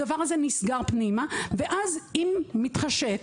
הדבר הזה נסגר פנימה ואז אם מתחשק,